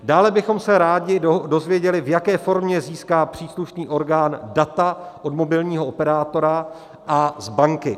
Dále bychom se rádi dozvěděli, v jaké formě získá příslušný orgán data od mobilního operátora a z banky.